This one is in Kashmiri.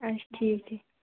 اچھا ٹھیٖک ٹھیٖک